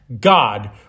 God